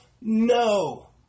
No